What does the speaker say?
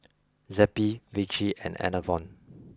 Zappy Vichy and Enervon